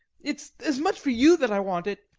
it's as much for you that i want it